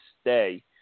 stay